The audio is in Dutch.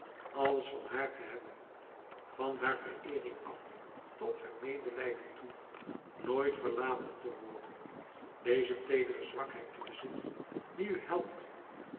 alles van haar te hebben van haar vereering af tot haar medelijden toe nooit verlaten te worden deze teedere zwakheid te bezitten die u helpt